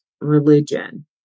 religion